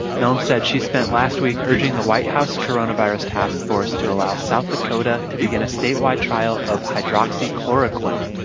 noem said she spent last week urging the white house coronavirus task force to allow south dakota to begin a statewide trial of hydroxychloroquine,